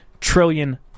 trillion